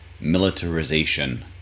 militarization